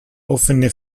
offene